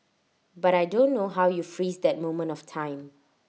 but I don't know how you freeze that moment of time